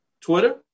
Twitter